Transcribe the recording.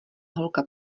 holka